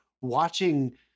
watching